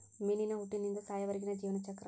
ಮೇನಿನ ಹುಟ್ಟಿನಿಂದ ಸಾಯುವರೆಗಿನ ಜೇವನ ಚಕ್ರ